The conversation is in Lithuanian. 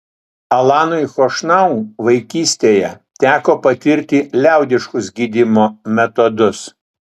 alanui chošnau vaikystėje teko patirti liaudiškus gydymo metodus